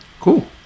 Cool